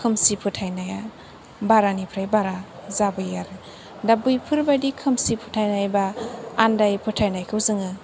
खोमसि फोथायनाया बारानिफ्राइ बारा जाबोयो आरो दा बैफोर बायदि खोमसि फोथायनाय बा आन्दाय फोथायनायखौ जोङो